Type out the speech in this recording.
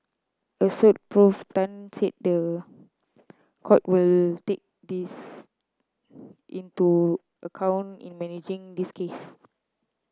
Assoc Prof Tan said the court will take this into account in managing this case